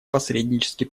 посреднический